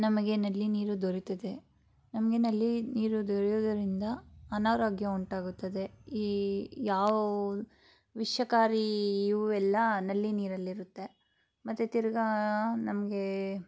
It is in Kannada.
ನಮಗೆ ನಳ್ಳಿ ನೀರು ದೊರೆತದೆ ನಮಗೆ ನಳ್ಳಿ ನೀರು ದೊರೆಯೋದರಿಂದ ಅನಾರೋಗ್ಯ ಉಂಟಾಗುತ್ತದೆ ಈ ಯಾವು ವಿಷಕಾರಿ ಇವು ಎಲ್ಲ ನಳ್ಳಿ ನೀರಲ್ಲಿರುತ್ತೆ ಮತ್ತು ತಿರ್ಗಿ ನಮಗೆ